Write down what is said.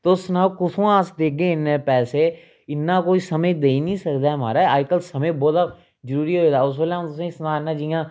तुस सनाओ कुत्थुआं अस देगे इन्ने पैसे इन्ना कोई समें देई नेईं सकदा महाराज अज्जकल समें बोह्त जरूरी होई गेदा उस बेल्लै अ'ऊं तुसें गी सनां ना जियां